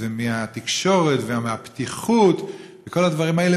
ומהתקשורת ומהפתיחות וכל הדברים האלה,